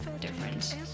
different